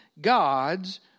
God's